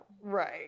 Right